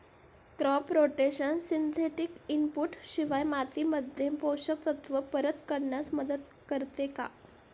Crop rotation synthetic input शिवाय मातीमध्ये पोषक तत्त्व परत करण्यास मदत करते का?